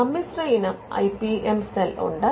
സമ്മിശ്ര ഇനം I P M cell Mixed IP Cell ഉണ്ട്